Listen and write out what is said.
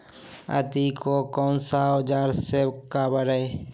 आदि को कौन सा औजार से काबरे?